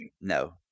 No